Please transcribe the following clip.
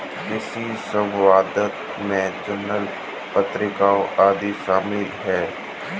कृषि समवाद में जर्नल पत्रिका आदि शामिल हैं